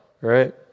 Right